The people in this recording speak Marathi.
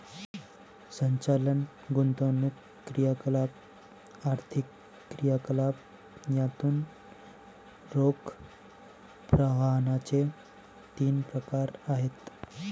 संचालन, गुंतवणूक क्रियाकलाप, आर्थिक क्रियाकलाप यातून रोख प्रवाहाचे तीन प्रकार आहेत